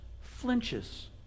flinches